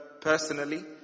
personally